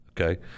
okay